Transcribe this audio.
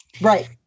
right